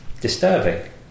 disturbing